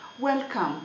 Welcome